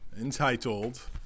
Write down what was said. Entitled